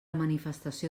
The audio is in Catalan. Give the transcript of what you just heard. manifestació